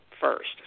first